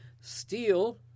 steel